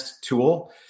tool